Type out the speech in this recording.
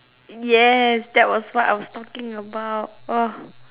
yes that was what I was talking about